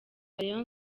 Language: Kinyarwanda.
rayon